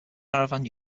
caravan